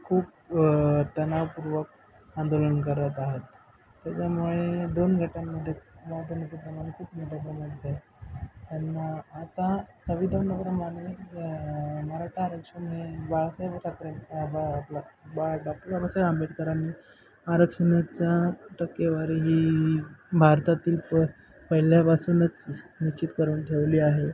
खूप तणावपूर्वक आंदोलन करत आहात त्याच्यामुळे दोन गटांमध्ये प्रमाण खूप मोठ्या प्रमाणात त्यांना आता संविधानाप्रमाणे मराठा आरक्षण हे बाळासाहेब ठाकरे बा बा डॉक्टर बाबासाहेब आंबेडकरांनी आरक्षणाचा टक्केवारी ही भारतातील प पहिल्यापासूनच निश्चित करून ठेवली आहे